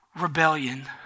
rebellion